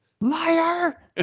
Liar